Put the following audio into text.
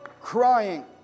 crying